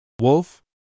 Wolf